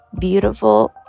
beautiful